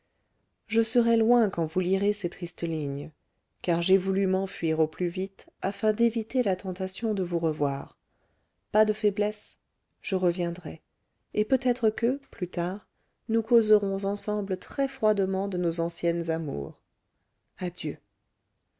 je serai loin quand vous lirez ces tristes lignes car j'ai voulu m'enfuir au plus vite afin d'éviter la tentation de vous revoir pas de faiblesse je reviendrai et peut-être que plus tard nous causerons ensemble très froidement de nos anciennes amours adieu